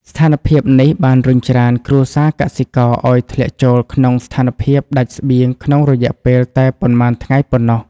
ស្ថានភាពនេះបានរុញច្រានគ្រួសារកសិករឱ្យធ្លាក់ចូលក្នុងស្ថានភាពដាច់ស្បៀងក្នុងរយៈពេលតែប៉ុន្មានថ្ងៃប៉ុណ្ណោះ។